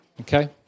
Okay